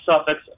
suffix